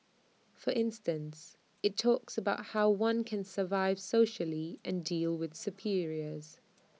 for instance IT talks about how one can survive socially and deal with superiors